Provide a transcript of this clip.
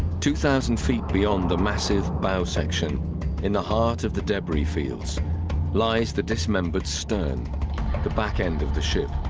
two thousand feet beyond the massive bow section in the heart of the debris fields lies the dismembered stern the back end of the ship.